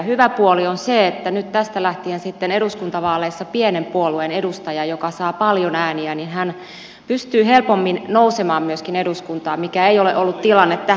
hyvä puoli on se että nyt tästä lähtien eduskuntavaaleissa pienen puolueen edustaja joka saa paljon ääniä pystyy helpommin nousemaan eduskuntaan mikä ei ole ollut tilanne tähän saakka